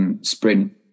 Sprint